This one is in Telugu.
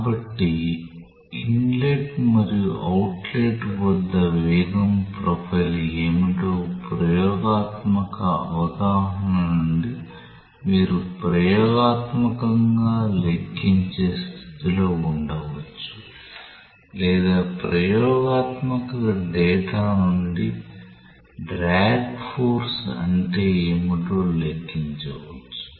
కాబట్టి ఇన్లెట్ మరియు అవుట్లెట్ వద్ద వేగం ప్రొఫైల్ ఏమిటో ప్రయోగాత్మక అవగాహన నుండి మీరు ప్రయోగాత్మకంగా లెక్కించే స్థితిలో ఉండవచ్చు లేదా ప్రయోగాత్మక డేటా నుండి డ్రాగ్ ఫోర్స్ అంటే ఏమిటో లెక్కించవచ్చు